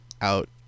out